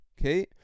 okay